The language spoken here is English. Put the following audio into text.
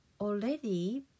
already